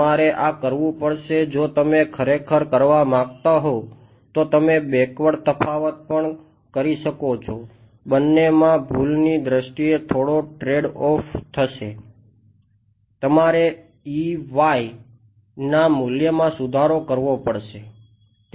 તમારે ના મૂલ્યમાં સુધારો કરવો પડશે